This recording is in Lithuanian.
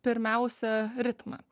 pirmiausia ritmą